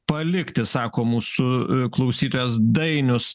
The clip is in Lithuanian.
palikti sako mūsų klausytojas dainius